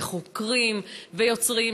חוקרים ויוצרים,